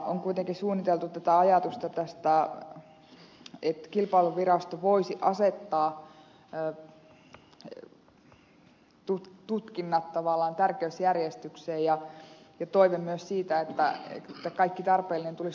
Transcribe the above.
on kuitenkin suunniteltu sitä että kilpailuvirasto voisi asettaa tutkinnat tavallaan tärkeysjärjestykseen ja toive on myös siitä että kaikki tarpeellinen tulisi tutkittua